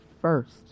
first